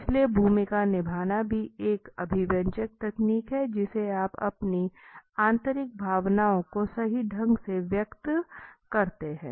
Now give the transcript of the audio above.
इसलिए भूमिका निभाना भी एक अभिव्यंजक तकनीक है जिसे आप अपनी आंतरिक भावनाओं को सही ढंग से व्यक्त करते हैं